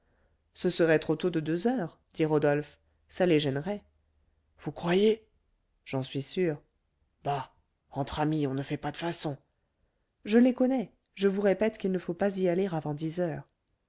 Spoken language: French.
ce serait trop tôt de deux heures dit rodolphe ça les gênerait vous croyez j'en suis sûr bah entre amis on ne fait pas de façons je les connais je vous répète qu'il ne faut pas y aller avant dix heures